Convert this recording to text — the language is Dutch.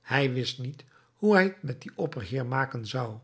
hij wist niet hoe hij t met dien opperheer maken zou